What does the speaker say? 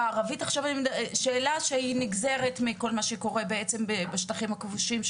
הערבית שאלה שנגזרת מכל מה שקורה בשטחים הכבושים,